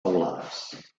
teulades